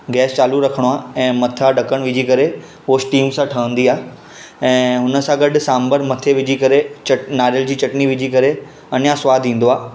gas चालू रखिणो आहे ऐं मथां ढकणु विझी करे पोइ स्टीम सां ठहंदी आहे ऐं उनसां गॾु सांभर मथे विझी करे चट नारियल जी चटिनी विझी करे अञा सवादु ईंदो आहे